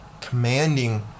commanding